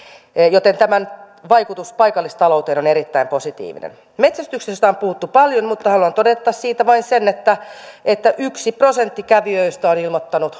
joten tämän vaikutus paikallistalouteen on erittäin positiivinen metsästyksestä on puhuttu paljon mutta haluan todeta siitä vain sen että että yksi prosentti kävijöistä on ilmoittanut